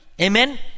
Amen